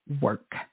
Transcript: work